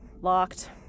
Locked